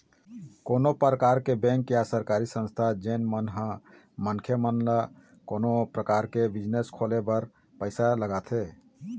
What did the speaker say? कोनो परकार के बेंक या सरकारी संस्था जेन मन ह मनखे मन ल कोनो परकार के बिजनेस खोले बर पइसा लगाथे